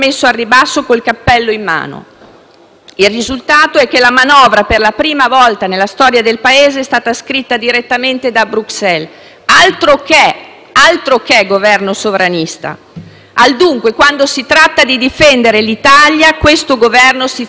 Il risultato è che la manovra, per la prima volta nella storia del Paese, è stata scritta direttamente da Bruxelles. Altro che Governo sovranista! Al dunque, quando si tratta di difendere l'Italia, l'Esecutivo si fa dettare i conti in casa propria,